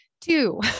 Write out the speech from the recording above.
Two